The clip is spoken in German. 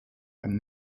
ein